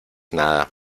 nada